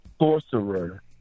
sorcerer